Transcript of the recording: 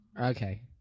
Okay